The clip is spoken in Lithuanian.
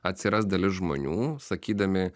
atsiras dalis žmonių sakydami